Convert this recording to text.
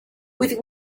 with